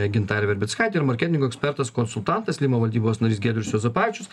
gintarė verbickaitė ir marketingo ekspertas konsultantas lima valdybos narys giedrius juozapavičius